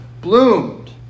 bloomed